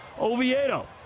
Oviedo